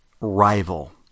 rival